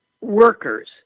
workers